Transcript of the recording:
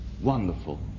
Wonderful